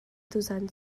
tuzaan